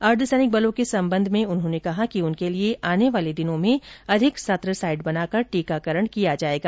अर्धसैनिक बलों के सबंध में उन्होंने कहा उनके लिए आने वाले दिनों में अधिक सत्र साइट बनाकर टीकाकरण किया जाएगा